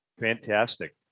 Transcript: Fantastic